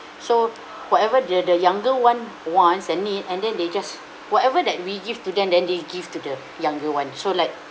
so whatever the the younger one wants and need and then they just whatever that we give to them then they give to the younger one so like